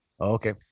Okay